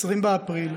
20 באפריל,